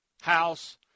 House